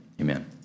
Amen